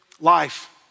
life